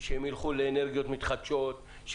שהם ילכו לאנרגיות מתחדשות,